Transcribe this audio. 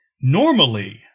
normally